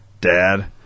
dad